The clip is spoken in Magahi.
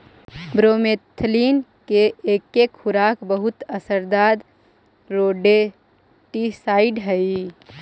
ब्रोमेथलीन के एके खुराक बहुत असरदार रोडेंटिसाइड हई